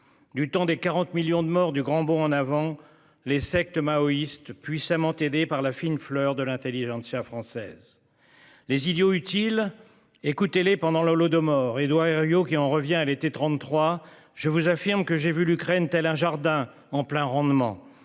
du temps des 40 millions de morts du grand bond en avant les sectes maoïste puissamment aidé par la fine fleur de l'intelligentsia française. Les idiots utiles. Écoutez-les pendant l'Holodomor Édouard Herriot qui en revient. Elle était 33, je vous affirme que j'ai vu l'Ukraine-t-elle un jardin en plein rendement,